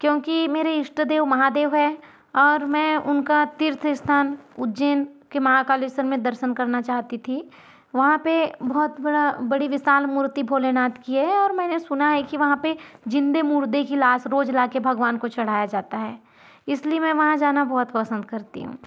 क्योंकि मेरे इष्ट देव महादेव है और मैं उनका तीर्थ स्थान उज्जैन के महाकालेश्वर में दर्शन करना चाहती थी वहाँ पे बहुत बड़ा बड़ी विशाल मूर्ति भोलेनाथ की है और मैंने सुना है कि वहाँ पर जिंदे मुर्दे की लाश रोज लाकर भगवान को चढ़ाया जाता है इसलिए मैं वहाँ जाना बहुत पसंद करती हूँ